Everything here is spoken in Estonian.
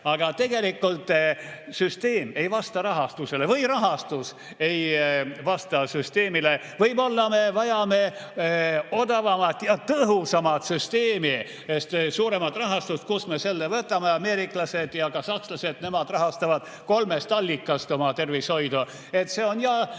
aga tegelikult süsteem ei vasta rahastusele. Või rahastus ei vasta süsteemile. Võib-olla me vajame odavamat ja tõhusamat süsteemi, suuremat rahastust. Kust me selle võtame? Ameeriklased ja ka sakslased, nemad rahastavad kolmest allikast oma tervishoidu. Need on